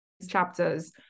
chapters